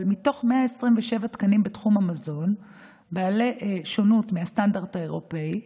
אבל מתוך 127 תקנים בתחום המזון בעלי שונות מהסטנדרט האירופי,